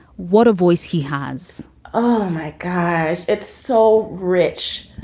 what a voice he has oh, my gosh, it's so rich